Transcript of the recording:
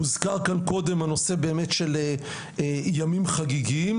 הוזכר כאן קודם הנושא באמת של ימים חגיגיים,